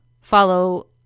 follow